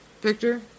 Victor